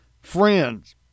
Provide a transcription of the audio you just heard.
friends